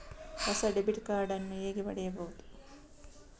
ಹೊಸ debit card ನ್ನು ಹೇಗೆ ಪಡೆಯುದು?